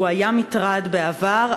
הוא היה מטרד בעבר,